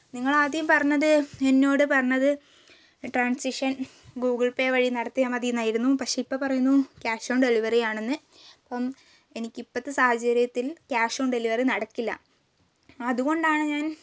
നിങ്ങളാദ്യം പറഞ്ഞത് എന്നോട് പറഞ്ഞത് ട്രാൻസിഷൻ ഗൂഗിൾ പേ വഴി നടത്തിയാൽ മതി എന്നായിരുന്നു പക്ഷേ ഇപ്പോൾ പറയുന്നു ക്യാഷ് ഓൺ ഡെലിവറി ആണെന്ന് അപ്പം എനിക്കിപ്പോഴത്തെ സാഹചര്യത്തിൽ ക്യാഷ് ഓൺ ഡെലിവറി നടക്കില്ല അതുകൊണ്ടാണ് ഞാൻ